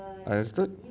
understood